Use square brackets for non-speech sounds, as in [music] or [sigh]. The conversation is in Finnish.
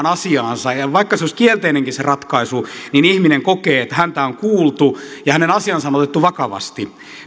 [unintelligible] asiaansa ja vaikka se olisi kielteinenkin se ratkaisu niin ihminen kokee että häntä on kuultu ja hänen asiansa on otettu vakavasti